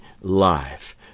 life